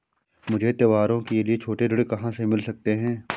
मुझे त्योहारों के लिए छोटे ऋण कहाँ से मिल सकते हैं?